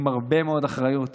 עם הרבה מאוד אחריות,